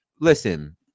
Listen